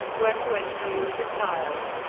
when winfrey was a child,